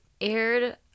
aired